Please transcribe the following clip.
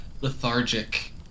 lethargic